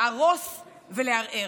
להרוס ולערער?